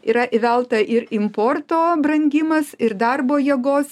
yra įvelta ir importo brangimas ir darbo jėgos